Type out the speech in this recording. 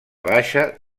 baixa